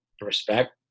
respect